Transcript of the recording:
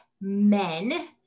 men